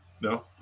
No